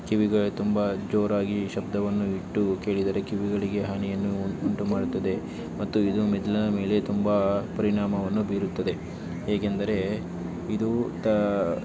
ಕಿವಿಗಳು ತುಂಬ ಜೋರಾಗಿ ಶಬ್ದವನ್ನು ಇಟ್ಟು ಕೇಳಿದರೆ ಕಿವಿಗಳಿಗೆ ಹಾನಿಯನ್ನು ಉಂಟು ಮಾಡುತ್ತದೆ ಮತ್ತು ಇದು ಮೆದ್ಲಿನ ಮೇಲೆ ತುಂಬ ಪರಿಣಾಮವನ್ನು ಬೀರುತ್ತದೆ ಹೇಗೆಂದರೆ ಇದು ತಾ